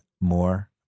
more